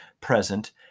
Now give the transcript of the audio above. present